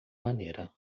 maneira